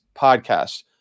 podcast